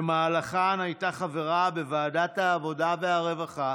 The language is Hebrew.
ובמהלכן הייתה חברה בוועדת העבודה והרווחה,